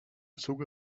zuge